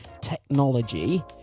technology